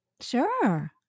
Sure